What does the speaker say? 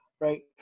right